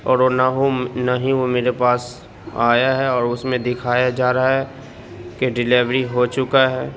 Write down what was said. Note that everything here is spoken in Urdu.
اور وہ نہ ہو نہ ہی وہ میرے پاس آیا ہے اور اس میں دکھایا جا رہا ہے کہ ڈیلیوری ہو چکا ہے